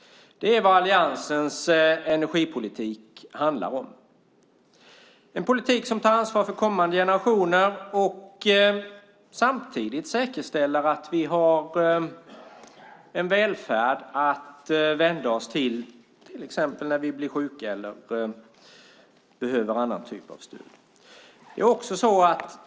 Det är vad alliansens energipolitik handlar om. Det är en politik som tar ansvar för kommande generationer och samtidigt säkerställer att vi har en välfärd att vända oss till, till exempel när vi blir sjuka eller behöver annan typ av stöd.